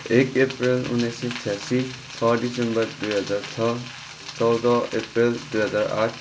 एक अप्रिल उन्नाइस सय छयासी छ डिसेम्बर दुई हजार छ चौध अप्रिल दुई हजार आठ